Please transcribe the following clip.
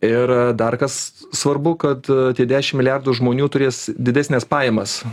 ir dar kas svarbu kad tie dešimt milijardų žmonių turės didesnes pajamas